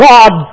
God